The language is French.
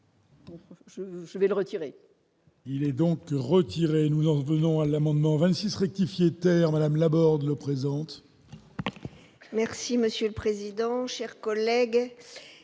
Je vais le retirer,